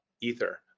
Ether